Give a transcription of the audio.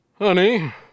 Honey